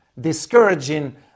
discouraging